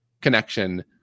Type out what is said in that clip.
connection